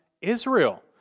Israel